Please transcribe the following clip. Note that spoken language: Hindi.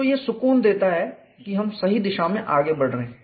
तो यह सुकून देता है कि हम सही दिशा में आगे बढ़ रहे हैं